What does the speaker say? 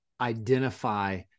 identify